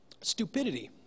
stupidity